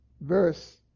verse